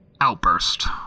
outburst